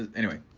anyway,